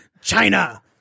China